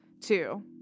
Two